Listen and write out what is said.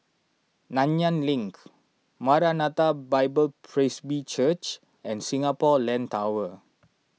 Nanyang Link Maranatha Bible Presby Church and Singapore Land Tower